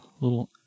little